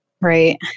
Right